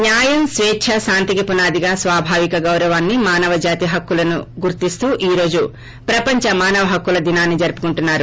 న్నాయం స్టేచ్చ శాంతికి పునాదిగా స్వాభావిక గౌరవాన్ని మానవజాతి హక్కులను గుర్తిస్టూ ఈ రోజు ప్రపంచ మానవ హక్కుల దినాన్ని జరుపుకుంటున్నారు